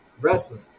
wrestling